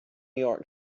york